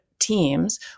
teams